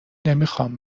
نمیخواهم